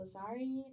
sorry